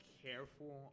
careful